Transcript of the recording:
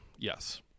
Yes